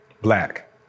black